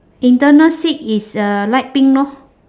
internal seat is uh light pink lor